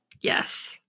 Yes